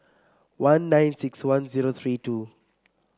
one nine six one zero three two